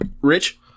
Rich